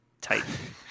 tight